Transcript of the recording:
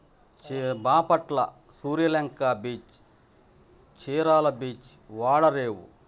Bapatla Suryalanka beach Chirala beach ఓడరేవు